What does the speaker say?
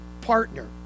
partner